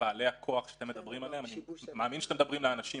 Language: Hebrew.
בעלי הכוח שאתם מדברים עליהם אני מאמין שאתם מדברים על האנשים